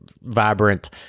vibrant